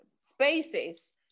spaces